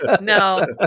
No